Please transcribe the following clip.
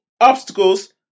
obstacles